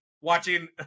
watching